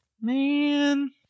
Man